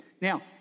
Now